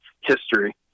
history